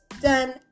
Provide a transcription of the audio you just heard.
done